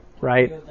right